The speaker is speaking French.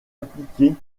appliquée